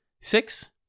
Six